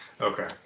Okay